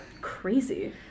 Crazy